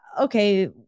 okay